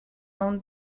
own